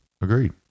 Agreed